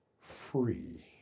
free